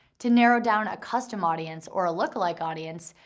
to narrow down a custom audience or a lookalike audience,